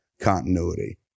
continuity